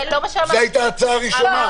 זו הייתה ההצעה הראשונה.